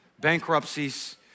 bankruptcies